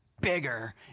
bigger